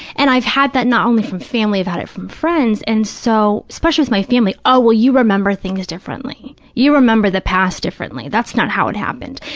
and i've had that not only from family. i've had it from friends. and so, especially with my family, oh, well, you remember things differently, you remember the past differently, that's not how it happened,